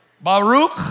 Baruch